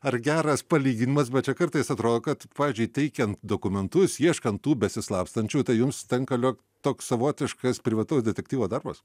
ar geras palyginimas bet čia kartais atrodo kad pavyzdžiui teikiant dokumentus ieškant tų besislapstančių tai jums tenka jog toks savotiškas privataus detektyvo darbas